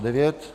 9.